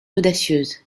audacieuse